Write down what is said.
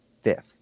fifth